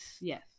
Yes